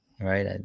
right